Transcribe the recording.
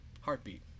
Heartbeat